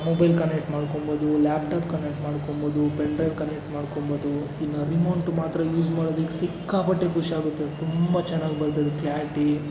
mobile connect ಮಾಡ್ಕೊಳ್ಬೋದು laptop connect ಮಾಡ್ಕೊಳ್ಬೋದು pen drive connect ಮಾಡ್ಕೊಳ್ಬೋದು ಇನ್ನು ರಿಮೋಟ್ ಮಾತ್ರ ಯೂಸ್ ಮಾಡೋದಕ್ಕೆ ಸಿಕ್ಕಾಪಟ್ಟೆ ಖುಷಿಯಾಗುತ್ತೆ ಅದು ತುಂಬ ಚೆನ್ನಾಗಿ ಬರುತ್ತೆ ಅದ್ರ ಕ್ಲಾರಿಟಿ